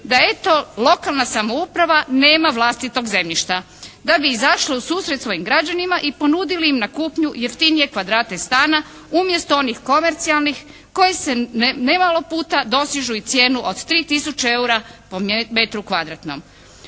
da eto lokalna samouprava nema vlastitog zemljišta, da bi izašli u susret svojim građanima i ponudili im na kupnju jeftinije kvadrate stana umjesto one komercijalnih koji se nemalo puta dosežu i cijenu od 3 tisuće eura po metru kvadratnom